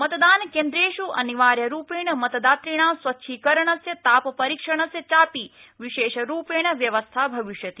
मतदानकेन्द्रेष् अनिवार्यरूपेण मतदातृणां स्वच्छीकरणस्य तापपरीक्षणस्य चापि विशेषरूपेण व्यवस्था भविष्यति